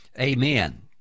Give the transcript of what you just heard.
Amen